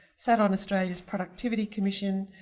set on australia's productivity commission,